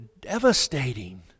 devastating